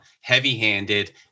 heavy-handed